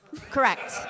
Correct